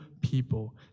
people